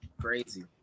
crazy